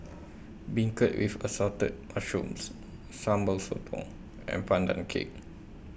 Beancurd with Assorted Mushrooms Sambal Sotong and Pandan Cake